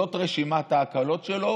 זאת רשימת ההקלות שלו,